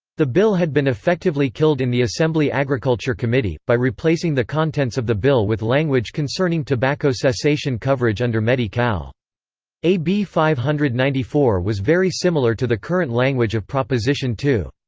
the bill had been effectively killed in the assembly agriculture committee, by replacing the contents of the bill with language concerning tobacco cessation coverage under medi-cal. ab five hundred and ninety four was very similar to the current language of proposition two.